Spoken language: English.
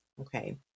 Okay